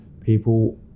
people